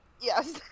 Yes